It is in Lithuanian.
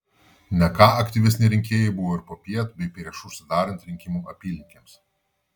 ne ką aktyvesni rinkėjai buvo ir popiet bei prieš užsidarant rinkimų apylinkėms